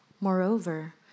Moreover